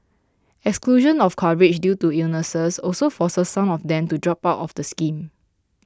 exclusion of coverage due to illnesses also forces some of them to drop out of the scheme